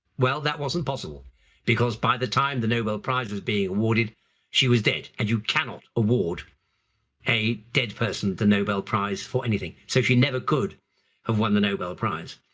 well that wasn't possible because by the time the nobel prize was being awarded she was dead and you cannot award a dead person the nobel prize for anything. so she never could have won the nobel prize.